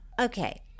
okay